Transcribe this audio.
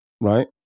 Right